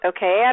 Okay